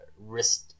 risk